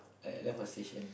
I I left my station